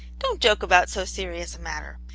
don't joke about so serious a matter.